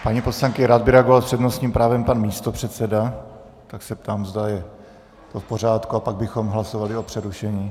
Paní poslankyně, rád by reagoval s přednostním právem pan místopředseda, tak se ptám, zda je to v pořádku, a pak bychom hlasovali o přerušení.